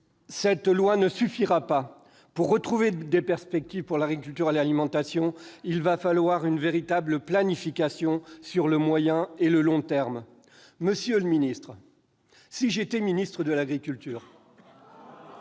Cette loi ne suffira pas pour retrouver des perspectives pour l'agriculture et l'alimentation. Il faudra une véritable planification sur le moyen et le long terme. Monsieur le ministre, si j'étais ministre de l'agriculture